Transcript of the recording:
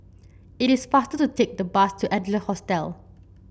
it is faster to take the bus to Adler Hostel